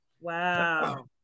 Wow